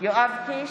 יואב קיש,